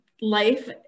life